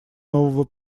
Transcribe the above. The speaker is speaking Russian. нового